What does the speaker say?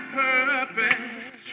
purpose